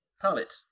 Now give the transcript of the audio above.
palette